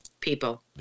People